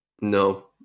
No